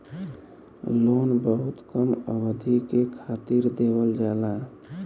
loan बहुत कम अवधि के खातिर देवल जाला